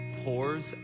Pours